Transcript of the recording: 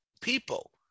people